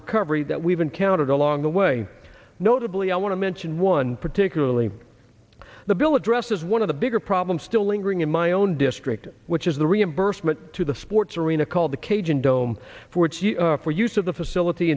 recovery that we've encountered along the way notably i want to mention one particularly the bill addresses one of the bigger problem still lingering in my own district which is the reimbursement to the sports arena called the cajun dome for its use for use of the facility